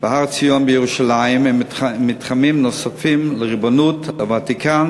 בהר-ציון בירושלים ומתחמים נוספים לריבונות הוותיקן